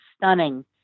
stunning